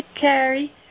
Carrie